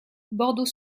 bordeaux